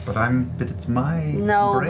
um but it's my